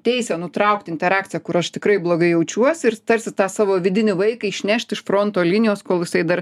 teisę nutraukt interakciją kur aš tikrai blogai jaučiuosi ir tarsi tą savo vidinį vaiką išnešt iš fronto linijos kol jisai dar